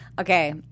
Okay